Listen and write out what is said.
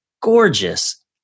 gorgeous